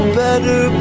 better